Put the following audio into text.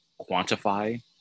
quantify